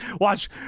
watch